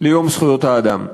ליום זכויות האדם.